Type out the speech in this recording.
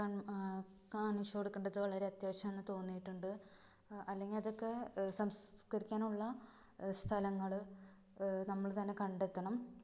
കാണിച്ചുകൊടുക്കേണ്ടത് വളരെ അത്യാവ്യശ്യമാണെന്ന് തോന്നിയിട്ടുണ്ട് അല്ലെങ്കിൽ അതൊക്കെ സംസ്കരിക്കാനുള്ള സ്ഥലങ്ങൾ നമ്മള് തന്നെ കണ്ടെത്തണം